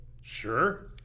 Sure